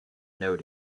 know